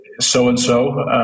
so-and-so